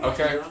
Okay